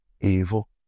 evil